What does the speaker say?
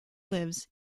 lives